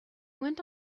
went